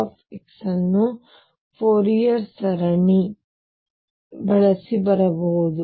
V ಅನ್ನು Fourier ಸರಣಿ nCnein2πax ಬಳಸಿ ಬರೆಯಬಹುದು